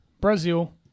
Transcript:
Brazil